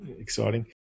exciting